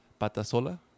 Patasola